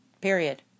Period